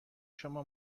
شما